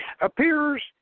appears